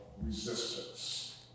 resistance